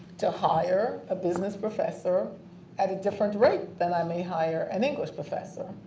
to hire a business professor at a different rate than i may hire an english professor.